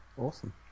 awesome